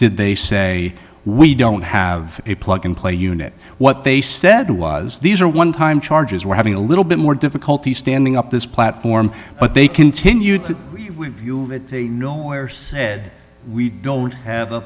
did they say we don't have a plug in play unit what they said was these are onetime charges we're having a little bit more difficulty standing up this platform but they continued to we you know where said we don't have a